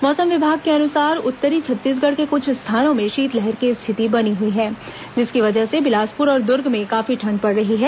मौसम विभाग के अनुसार उत्तरी छत्तीसगढ़ के कुछ स्थानों में शीतलहर की स्थिति बनी हुई है जिसकी वजह से बिलासपुर और दुर्ग में काफी ठंड पड़ रही है